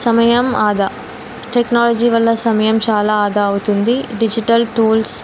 సమయం ఆదా టెక్నాలజీ వల్ల సమయం చాలా ఆదా అవుతుంది డిజిటల్ టూల్స్